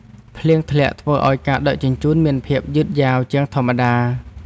ភ្លៀងធ្លាក់ធ្វើឱ្យការដឹកជញ្ជូនមានភាពយឺតយ៉ាវជាងធម្មតា។